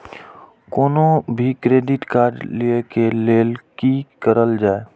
कोनो भी credit card लिए के लेल की करल जाय?